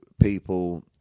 people